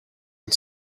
and